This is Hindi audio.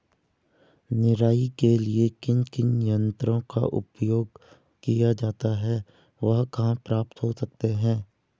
निराई के लिए किन किन यंत्रों का उपयोग किया जाता है वह कहाँ प्राप्त हो सकते हैं?